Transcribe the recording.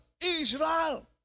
Israel